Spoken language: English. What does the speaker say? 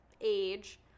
age